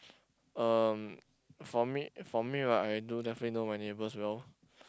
um for me for me right I do definitely know my neighbours well